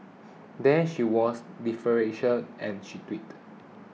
there she was deferential she tweeted